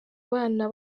abana